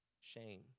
shame